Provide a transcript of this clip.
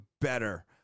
better